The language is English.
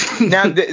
Now